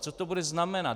Co to bude znamenat?